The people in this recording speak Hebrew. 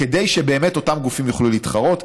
כדי שאותם גופים יוכלו באמת להתחרות.